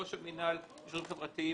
ראש המינהל לשירותים חברתיים,